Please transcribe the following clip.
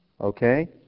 Okay